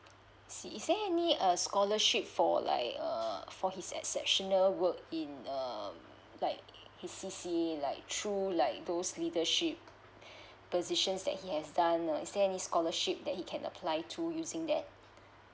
I see is there any err scholarship for like err for his exceptional work in um like his C_C_A like through like those leadership positions that he has done um is there any scholarship that he can apply to using that